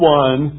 one